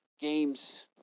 games